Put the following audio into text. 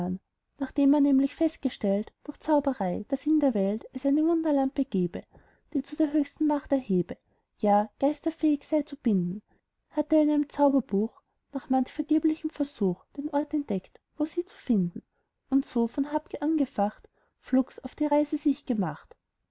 nachdem er nämlich festgestellt durch hexerei daß in der welt es eine wunderlampe gebe die zu der höchsten macht erhebe ja geister fähig sei zu binden hatt er in einem zauberbuch nach manch vergeblichem versuch den ort entdeckt wo sie zu finden und so von habgier angefacht flugs auf die reise sich gemacht